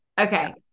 Okay